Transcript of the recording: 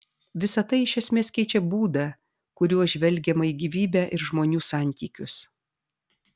visa tai iš esmės keičia būdą kuriuo žvelgiama į gyvybę ir žmonių santykius